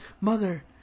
Mother